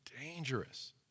dangerous